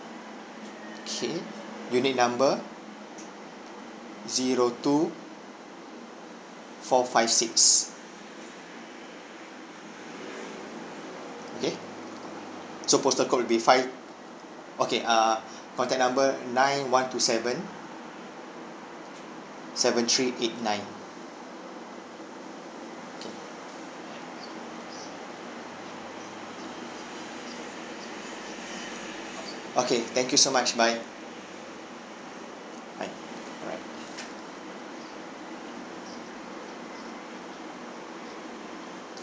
okay unit number zero two four five six okay so postal code will be five okay err contact number nine one two seven seven three eight nine okay okay thank you so much bye bye alright